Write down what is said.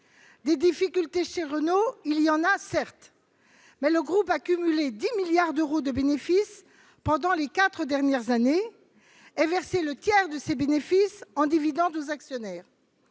Des difficultés chez Renault, il y en a, certes, mais le groupe a cumulé 10 milliards d'euros de bénéfices au cours des quatre dernières années, et a versé le tiers de ceux-ci en dividendes aux actionnaires.